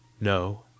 NO